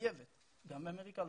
גם באמריקה הלטינית.